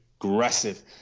aggressive